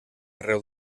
arreu